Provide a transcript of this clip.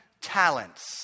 talents